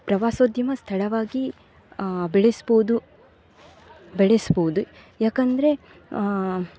ಪ್ರವಾಸೋದ್ಯಮ ಸ್ಥಳವಾಗಿ ಬೆಳೆಸ್ಬೋದು ಬೆಳೆಸ್ಬೋದು ಯಾಕಂದರೆ